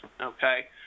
Okay